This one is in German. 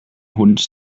hund